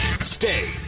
stay